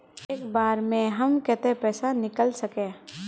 एक बार में हम केते पैसा निकल सके?